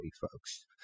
folks